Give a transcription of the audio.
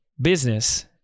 business